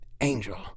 angel